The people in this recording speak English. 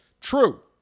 true